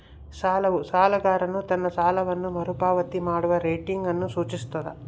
ಸಾಲವು ಸಾಲಗಾರನು ತನ್ನ ಸಾಲವನ್ನು ಮರುಪಾವತಿ ಮಾಡುವ ರೇಟಿಂಗ್ ಅನ್ನು ಸೂಚಿಸ್ತದ